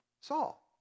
Saul